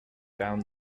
down